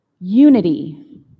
Unity